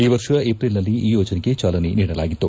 ಈ ವರ್ಷ ಏಪ್ರಿಲ್ನಲ್ಲಿ ಈ ಯೋಜನೆಗೆ ಜಾಲನೆ ನೀಡಲಾಗಿತ್ತು